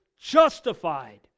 justified